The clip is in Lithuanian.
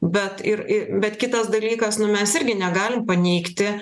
bet ir ir bet kitas dalykas nu mes irgi negalim paneigti